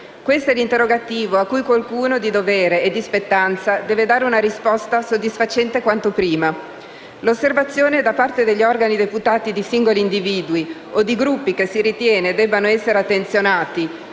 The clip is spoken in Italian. Questo è l'interrogativo a cui qualcuno, di dovere e di spettanza, deve dare una risposta soddisfacente quanto prima. L'osservazione da parte degli organi deputati di singoli individui o di gruppi che si ritiene debbano essere attenzionati,